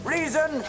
Reason